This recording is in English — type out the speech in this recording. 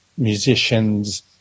musicians